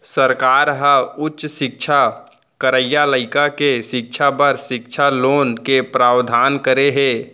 सरकार ह उच्च सिक्छा करइया लइका के सिक्छा बर सिक्छा लोन के प्रावधान करे हे